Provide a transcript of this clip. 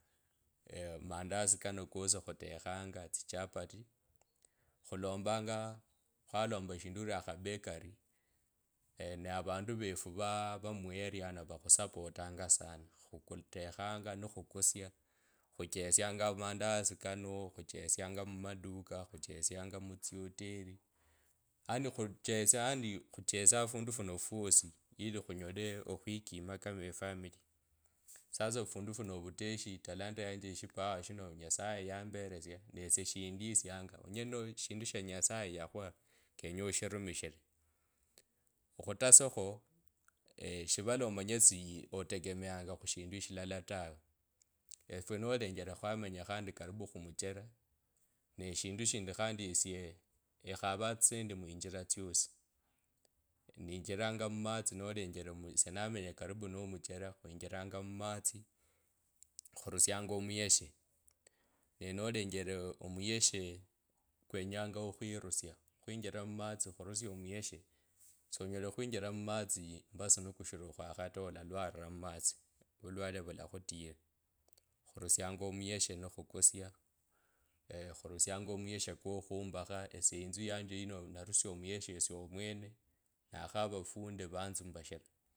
Amaandasi kano kosi khutekhanga etsichapati khulombanga khwalomba eshindu ori akhabekari na avundu vefu vaa vumuerea muno vakhusapotanga sana khutekhanga nikhukusya khuchesyanga amaandasi kano khuchesya mumaduka mutsioteli yaani khuchesyaa ofundu funo fwosi ilichinyole okhwikima kama efamili. sasa ofundu funo ovuteshi shipawa shino esie etalanda yanji yino nyasoye yambelesia nesie shindisianda wanyola eshindu sha nyasaye yakhwa kenye okhurumishira okhutasakho shivala omanye si otegemeanga khushindu shilala tawe efwe nolenjele khamenya khandi karibu khumushera nee eshindu khandi esie ekhavanw etsisendi mutsinjira tsyosi ninjilanga mumatsi nolenjele esie namanya akaribu no muchera ninjilanga mumatsi khusianga omuyeshe. No nolenjele omuyeshe kernyanga okhwirusya khwinjira mumatsa okhurusya omuyeshe sonyela khwinjira mumatsa mbasu mikashira okhwakha ta olalwarira mmatsi vulwale vulakhutila. Khurusianga omuyeshe nikhukusi khurusianga omuyeshe nikhumba esie yinzo yanje yino narusia omuyeshe esie omwene nakhava fundi vatsmbasira.